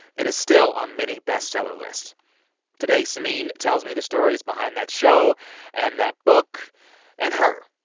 it is still on many bestseller lists today, samin tells me the stories behind that show and that book and her.